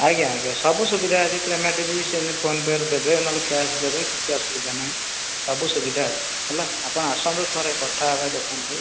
ଆଜ୍ଞା ଆଜ୍ଞା ସବୁ ସବିଧା ଅଛି ପେମେଣ୍ଟ ବି ସେମିତି ଫୋନପେରେ ଦେବେ ନହେଲେ କ୍ୟାସ ଦେବେ କିଛି ଅସୁବିଧା ନାହିଁ ସବୁ ସୁବିଧା ଅଛି ହେଲା ଆପଣ ଆସନ୍ତୁ ଥରେ କଥା ହେବା ଦୋକାନରେ